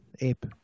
ape